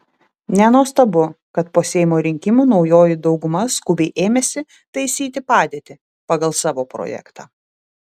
nenuostabu kad po seimo rinkimų naujoji dauguma skubiai ėmėsi taisyti padėtį pagal savo projektą